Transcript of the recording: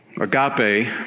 agape